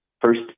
first